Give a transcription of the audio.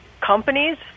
companies